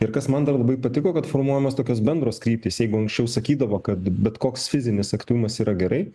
ir kas man dar labai patiko kad formuojamos tokios bendros kryptys jeigu anksčiau sakydavo kad bet koks fizinis aktyvumas yra gerai